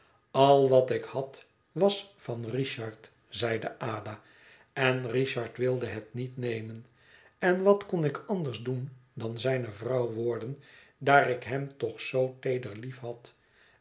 al wat ik had was van richard zeide ada en richard wilde het niet nemen en wat kon ik anders doen dan zijne vrouw worden daar ik hem toch zoo teeder liefhad